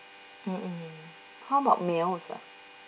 mmhmm how about meals ah